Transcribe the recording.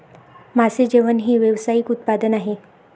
मासे जेवण हे व्यावसायिक उत्पादन आहे